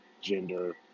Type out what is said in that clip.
gender